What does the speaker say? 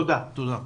תודה.